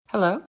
Hello